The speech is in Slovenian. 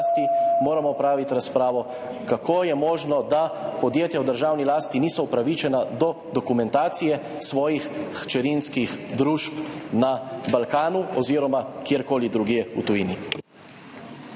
moramo opraviti razpravo, kako je možno, da podjetja v državni lasti niso upravičena do dokumentacije svojih hčerinskih družb na Balkanu oziroma kjerkoli drugje v tujini.